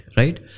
right